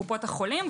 קופות החולים.